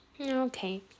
Okay